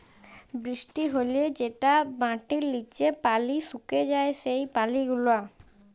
বৃষ্টি হ্যলে যেটা মাটির লিচে পালি সুকে যায় সেই পালি গুলা